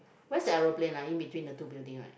where's the aeroplane ah in between the two building right